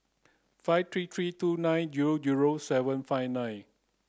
five three three two nine zero zero seven five nine